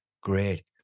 great